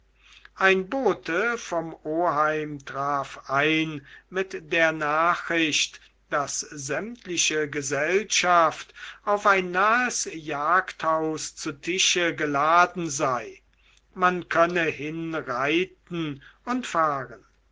ein bote vom oheim traf ein mit der nachricht daß sämtliche gesellschaft auf ein nahes jagdhaus zu tische geladen sei man könne hin reiten und fahren